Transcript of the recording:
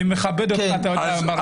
אני מכבד אותך, אתה יודע.